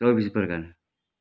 Chaubis Pargana